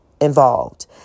involved